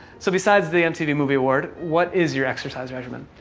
so, besides the mtv movie award, what is your exercise regimen?